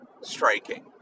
striking